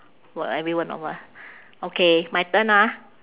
for everyone of us okay my turn ah